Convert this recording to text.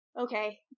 Okay